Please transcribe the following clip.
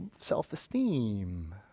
self-esteem